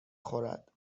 خورد